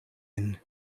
inn